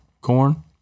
corn